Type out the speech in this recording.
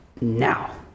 now